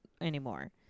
anymore